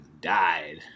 died